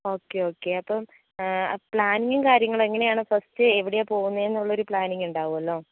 okay okay അപ്പോൾ പ്ലാനിങ്ങും കാര്യങ്ങളും എങ്ങനെയാണ് ഫസ്റ്റ് എവിടെയാണ് പോകുന്നതെന്നുള്ള ഒരു പ്ലാനിങ് ഉണ്ടാവുല്ലോ